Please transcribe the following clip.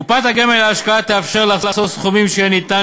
קופת הגמל להשקעה תאפשר לחסוך סכומים שניתן